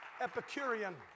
epicurean